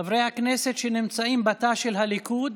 חברי הכנסת שנמצאים בתא של הליכוד,